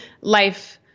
life